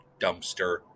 dumpster